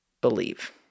believe